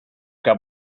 que